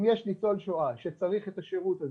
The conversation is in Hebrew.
אם יש ניצול שואה שצריך את השירות הזה,